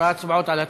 אנחנו